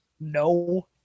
No